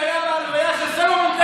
את באה לעשות פופוליזם על הציבור שלי?